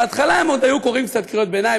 בהתחלה הם עוד היו קוראים קצת קריאות ביניים,